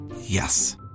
Yes